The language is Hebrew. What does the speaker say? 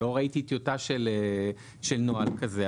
לא ראיתי טיוטה של נוהל כזה,